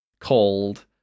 called